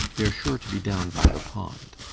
they're sure to be down by the pond.